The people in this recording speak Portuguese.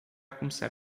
começar